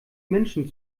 menschen